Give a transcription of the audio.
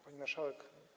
Pani Marszałek!